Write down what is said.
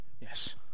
Yes